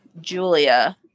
Julia